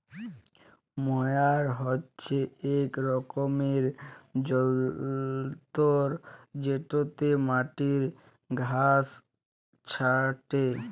ময়ার হছে ইক রকমের যল্তর যেটতে মাটির ঘাঁস ছাঁটে